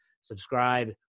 subscribe